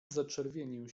zaczerwienił